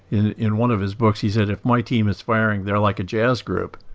in in one of his books he sa id, if my team is firing, they're like a jazz group.